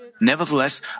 Nevertheless